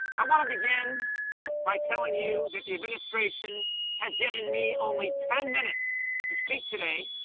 i wanna begin by telling you that the administration has given me only ten minutes to speak today,